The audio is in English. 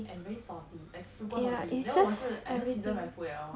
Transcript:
and very salty like super salty then 我是 I don't season my food at all